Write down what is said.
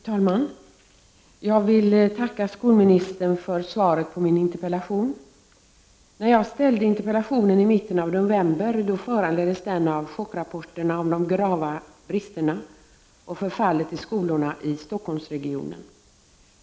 Fru talman! Jag vill tacka skolministern för svaret på min interpellation. När jag ställde interpellationen i mitten av november föranleddes den av chockrapporterna om de grava bristerna och förfallet i skolorna i Stockholmsregionen.